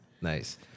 Nice